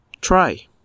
Try